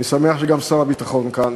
אני שמח שגם שר הביטחון כאן,